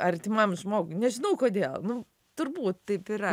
artimam žmogui nežinau kodėl nu turbūt taip yra